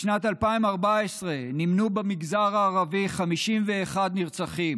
בשנת 2014 נמנו במגזר הערבי 51 נרצחים,